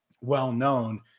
well-known